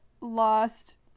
lost